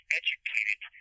educated